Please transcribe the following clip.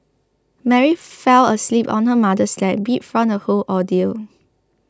Mary fell asleep on her mother's lap beat from the whole ordeal